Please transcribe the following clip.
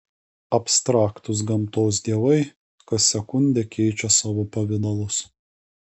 abstraktūs gamtos dievai kas sekundę keičią savo pavidalus